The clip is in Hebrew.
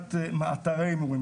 מבחינת מאתרי הימורים,